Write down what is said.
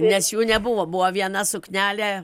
nes jų nebuvo buvo viena suknelė